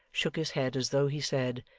shook his head, as though he said,